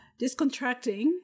discontracting